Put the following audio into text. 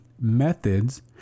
methods